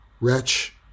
wretch